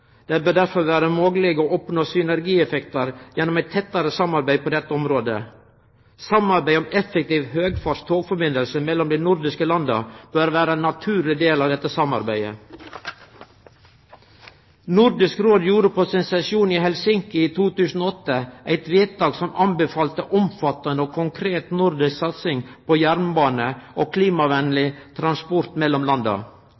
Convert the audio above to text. Det bør derfor vere mogleg å oppnå synergieffektar gjennom eit tettare samarbeid på dette området. Samarbeid om effektiv høgfarts togsamband mellom dei nordiske landa bør vere ein naturleg del av dette samarbeidet. Nordisk Råd gjorde på sin sesjon i Helsinki i 2008 eit vedtak der ein anbefalte omfattande og konkret nordisk satsing på jernbane og klimavennleg transport mellom landa,